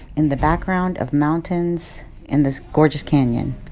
in the background of mountains in this gorgeous canyon.